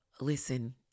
listen